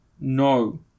No